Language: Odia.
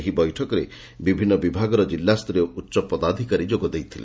ଏହି ବୈଠକରେ ବିଭିନ୍ନ ବିଭାଗର ଜିଲ୍ଲାସ୍ତରୀୟ ଉଚ୍ଚପଦାଧିକାରୀ ଯୋଗ ଦେଇଥିଲେ